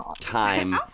time